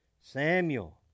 Samuel